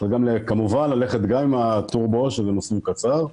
צריך כמובן ללכת גם עם הטורבו שזה מסלול קצר,